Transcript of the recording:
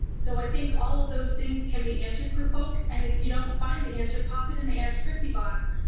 so. i think all of those things can be answered for folks and if you don't find the answer, pop it in the ask christy box.